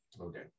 Okay